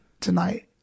tonight